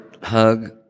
hug